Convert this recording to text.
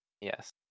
yes